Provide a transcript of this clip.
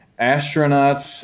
astronauts